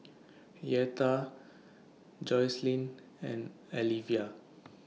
Yetta Jocelyn and Alivia